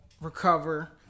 recover